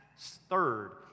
Third